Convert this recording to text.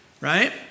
right